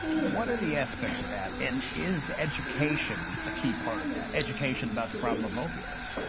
what are the aspects of that? and is education a key part of that? education about the problem of opioids.